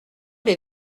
les